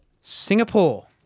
Singapore